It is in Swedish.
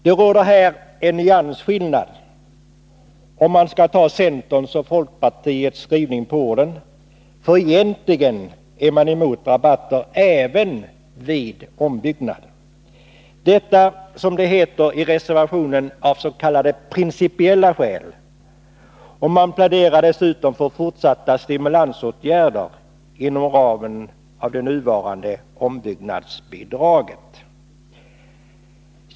Det råder här en nyansskillnad, om man skall ta centerns och folkpartiets skrivning på orden, därför att egentligen är man emot rabatter även när det gäller ombyggnad, detta, som det heter i reservationen, av principiella skäl. Man pläderar dessutom för fortsatta stimulansåtgärder inom ramen för det nuvarande ombyggnadsbidraget.